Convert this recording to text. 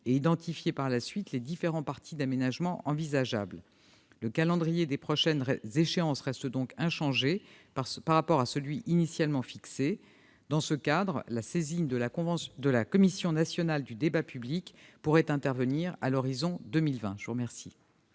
et identifier par la suite les différentes options d'aménagement envisageables. Le calendrier des prochaines échéances reste donc inchangé par rapport à celui qui a été initialement fixé. Dans ce cadre, la saisine de la Commission nationale du débat public pourrait intervenir à l'horizon 2020.